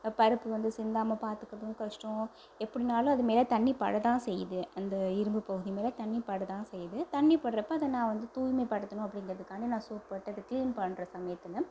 பருப்பு வந்து சிந்தாமல் பார்த்துக்கறதும் கஷ்டம் எப்படினாலும் அது மேலே தண்ணி பட தான் செய்யுது அந்த இரும்புப் பகுதி மேலே தண்ணி பட தான் செய்யுது தண்ணி படுறப்ப அதை நான் வந்து தூய்மைப்படுத்தணும் அப்படின்றதுக்காண்டி நான் சோப் போட்டு அதை க்ளீன் பண்ணுற சமயத்தில்